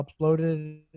uploaded